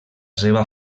seva